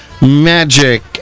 magic